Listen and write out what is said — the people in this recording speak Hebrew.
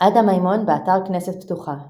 עדה מימון, באתר כנסת פתוחה